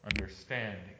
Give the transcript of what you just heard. understanding